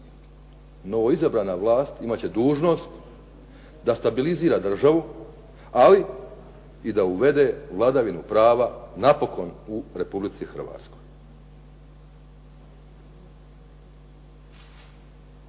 Novoizabrana vlast imat će dužnost da stabilizira državu, ali da uvede i vladavinu prava napokon u Republici Hrvatskoj.